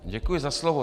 Děkuji za slovo.